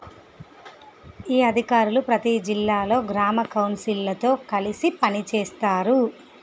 ఈ అధికారులు ప్రతీ జిల్లాలో గ్రామ కౌన్సిళ్ళతో కలిసి పనిచేస్తారు